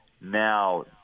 now